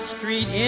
Street